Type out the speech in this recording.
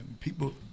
people